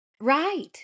Right